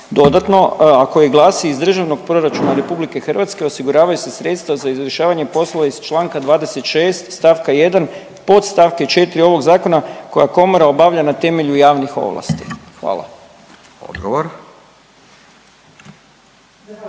dodatno, a koji glasi „Iz državnog proračuna RH osiguravaju se sredstva za izvršavanje poslova iz čl. 26. st. 1. podstavke 4. ovog zakona koje komora obavlja na temelju javnih ovlasti.“ Hvala. **Radin,